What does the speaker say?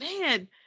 man